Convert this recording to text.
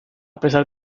pesar